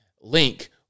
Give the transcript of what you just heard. link